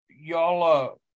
Y'all